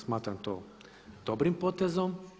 Smatram to dobrim potezom.